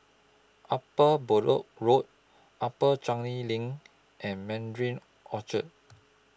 Upper Bedok Road Upper Changi LINK and Mandarin Orchard